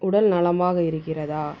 உடல் நலமாக இருக்கிறதா